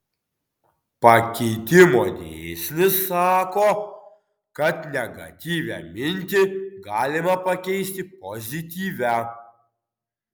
pakeitimo dėsnis sako kad negatyvią mintį galima pakeisti pozityvia